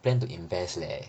plan to invest leh